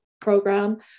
program